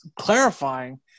clarifying